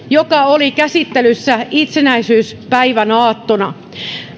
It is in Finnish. joka oli käsittelyssä itsenäisyyspäivän aattona